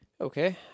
Okay